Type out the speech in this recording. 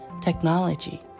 technology